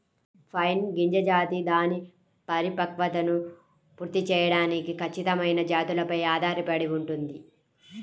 pine గింజ జాతి దాని పరిపక్వతను పూర్తి చేయడానికి ఖచ్చితమైన జాతులపై ఆధారపడి ఉంటుంది